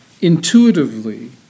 Intuitively